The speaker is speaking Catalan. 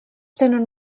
tenen